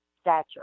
stature